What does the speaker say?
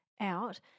out